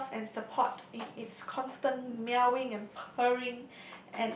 love and support in it's constant meowing and purring